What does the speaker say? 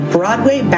Broadway